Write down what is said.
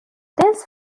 this